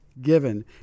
given